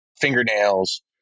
fingernails